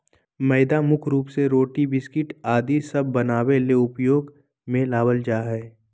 मैदा मुख्य रूप से रोटी, बिस्किट आदि सब बनावे ले उपयोग मे लावल जा हय